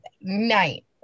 night